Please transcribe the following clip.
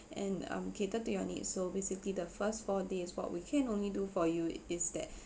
and um cater to your needs so basically the first four days what we can only do for you is that